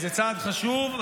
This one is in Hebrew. זה צעד חשוב,